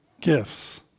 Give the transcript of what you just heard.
gifts